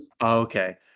Okay